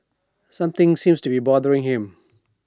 something seems to be bothering him